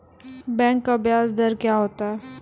Bank का ब्याज दर क्या होता हैं?